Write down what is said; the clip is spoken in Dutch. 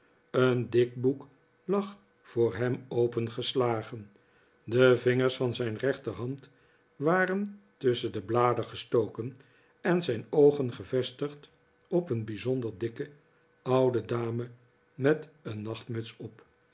een dik boek lag voor hem opengeslagen de vingers van zijn rechterhand waren tusschen de bladen gestoken en zijn oogen gevestigd op een bijzonder dikke oude dame met een nachtmuts op